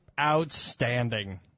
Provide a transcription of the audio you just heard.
Outstanding